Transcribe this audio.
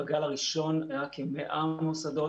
בגל הראשון היו בכ-100 מוסדות.